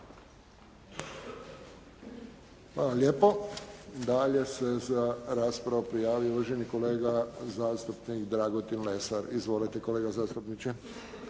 lijepo. Dalje se za raspravu prijavio uvaženi kolega zastupnik Dragutin Lesar. Izvolite kolega zastupniče.